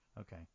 Okay